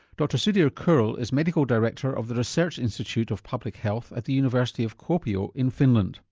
dr sudhir kurl is medical director of the research institute of public health at the university of kuopio in finland.